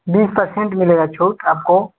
बीस पर्सेंट मिलेगा छूट आपको